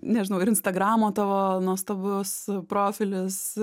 nežinau ir instagramo tavo nuostabus profilis